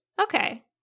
Okay